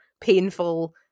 painful